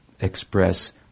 express